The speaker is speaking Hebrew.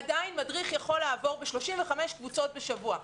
עדיין מדריך יכול לעבור ב-35 קבוצות בשבוע,